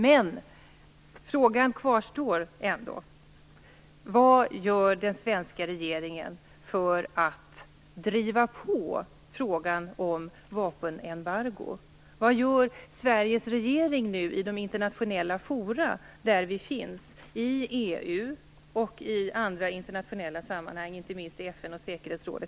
Men frågan kvarstår ändå: Vad gör den svenska regeringen för att driva på frågan om vapenembargo? Vad gör Sveriges regering nu i de internationella forum där vi finns, i EU och i andra internationella sammanhang, naturligtvis inte minst i FN och dess säkerhetsråd?